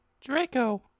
Draco